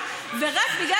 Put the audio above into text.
ואני מאוד מבקשת לאפס את השעון,